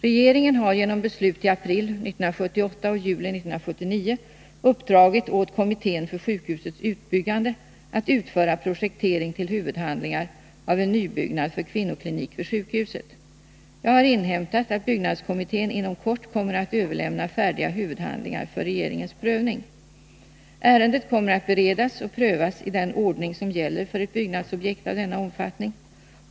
Regeringen har genom beslut i april 1978 och juli 1979 uppdragit åt kommittén för sjukhusets utbyggande att utföra projektering till huvudhandlingar av en nybyggnad för kvinnoklinik vid sjukhuset. Jag har inhämtat att byggnadskommittén inom kort kommer att överlämna färdiga huvudhandlingar för regeringens prövning. Ärendet kommer att beredas och prövas i den ordning som gäller för ett byggnadsobjekt av denna omfattning.